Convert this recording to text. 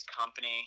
company